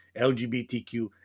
LGBTQ